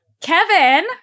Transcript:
Kevin